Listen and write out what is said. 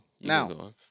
Now